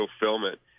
fulfillment